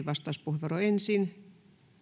vastauspuheenvuoro ensin